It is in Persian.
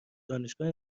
دانشگاه